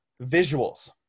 visuals